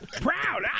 proud